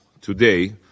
today